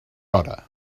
hora